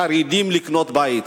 חרדים, לקנות בית.